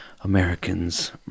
Americans